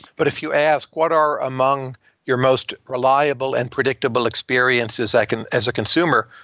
but if you ask, what are among your most reliable and predictable experiences like and as a consumer?